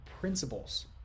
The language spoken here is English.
principles